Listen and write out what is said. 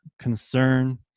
concern